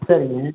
சரிங்க